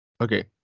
okay